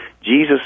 Jesus